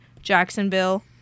Jacksonville